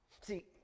see